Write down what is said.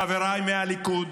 חבריי מהליכוד